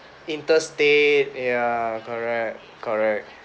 interstate ya correct correct